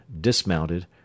dismounted